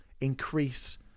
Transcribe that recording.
increase